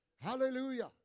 Hallelujah